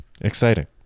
exciting